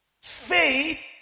Faith